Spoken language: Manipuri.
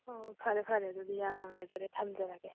ꯑꯣ ꯐꯔꯦ ꯐꯔꯦ ꯑꯗꯨꯗꯤ ꯌꯥꯝ ꯅꯨꯡꯉꯥꯏꯖꯔꯦ ꯊꯝꯖꯔꯒꯦ